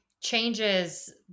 changes